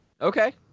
Okay